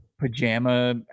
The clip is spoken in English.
pajama